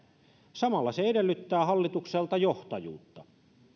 samalla se edellyttää hallitukselta johtajuutta